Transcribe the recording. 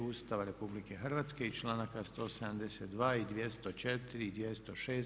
Ustava RH i članaka 172. i 204. i 206.